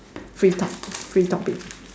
free talk free topic